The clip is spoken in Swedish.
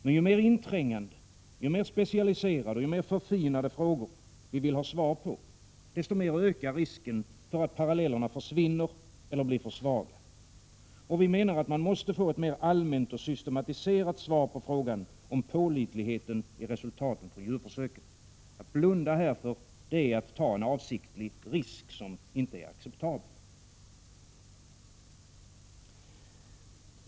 Men ju mer inträngande, specialiserade och förfinade frågor som vi vill ha svar på, desto mer ökar risken för att parallellerna försvinner eller blir för svaga. Vi menar att man måste få ett mer allmänt och systematiserat svar på frågan om pålitligheten i resultaten av djurförsöken. Att blunda härför är att ta en avsiktlig risk som inte är acceptabel.